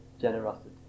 generosity